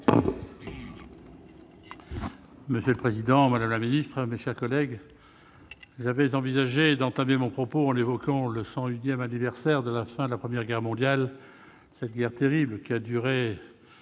Monsieur le président, madame la secrétaire d'État, mes chers collègues, j'avais envisagé d'entamer mon propos en évoquant le cent unième anniversaire de la fin de la Première Guerre mondiale, cette guerre terrible qui a